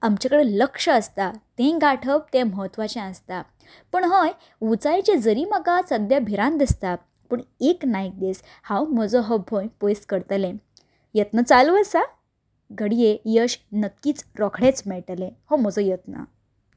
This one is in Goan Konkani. आमचें कडेन लक्ष आसता तें गांठप तें महत्वाचें आसता पूण हय उंचायेचेर जरी म्हाका सद्द्या भिरांत दिसता पूण एक ना एक दीस हांव म्हजो हो भंय पयस करतलें यत्न चालू आसा घडये यश नक्कीच रोखडेंच मेळटलें हो म्हजो येत्न